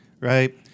right